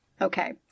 Okay